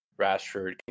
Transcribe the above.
Rashford